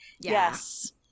Yes